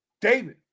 David